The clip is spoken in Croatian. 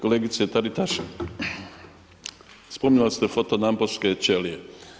Kolegice Taritaš, spominjali ste foton naponske čelije.